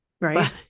right